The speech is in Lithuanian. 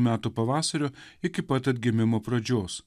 metų pavasario iki pat atgimimo pradžios